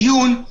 דיון, החלטה,